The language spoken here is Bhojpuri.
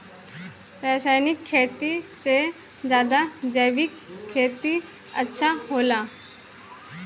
रासायनिक खेती से ज्यादा जैविक खेती अच्छा होला